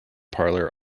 parlor